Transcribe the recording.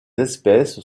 espèces